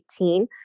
2018